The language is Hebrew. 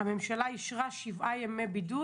הממשלה אישרה שבעה ימי בידוד?